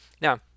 Now